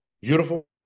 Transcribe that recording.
beautiful